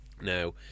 Now